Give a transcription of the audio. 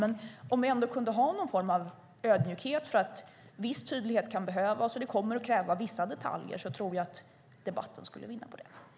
Men om vi ändå kunde ha någon form av ödmjukhet för att viss tydlighet kan behövas och att det kommer att krävas vissa detaljer så tror jag att debatten skulle vinna på det.